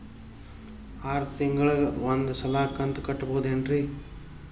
ಆರ ತಿಂಗಳಿಗ ಒಂದ್ ಸಲ ಕಂತ ಕಟ್ಟಬಹುದೇನ್ರಿ?